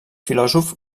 filòsof